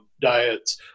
diets